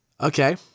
Okay